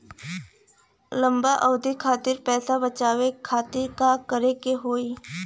लंबा अवधि खातिर पैसा बचावे खातिर का करे के होयी?